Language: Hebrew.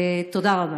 תודה רבה.